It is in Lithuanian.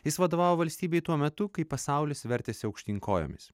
jis vadovavo valstybei tuo metu kai pasaulis vertėsi aukštyn kojomis